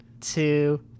two